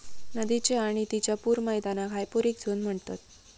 नदीच्य आणि तिच्या पूर मैदानाक हायपोरिक झोन म्हणतत